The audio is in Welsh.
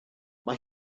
mae